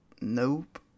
Nope